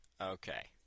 Okay